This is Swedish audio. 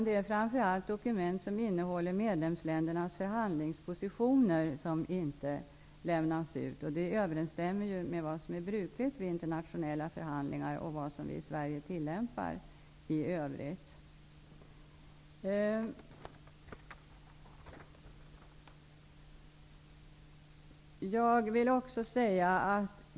Det är framför allt dokument som innehåller medlemsländernas förhandlingspositioner som inte lämnas ut, vilket överensstämmer med vad som är brukligt vid internationella förhandlingar och med det som i övrigt tillämpas i Sverige.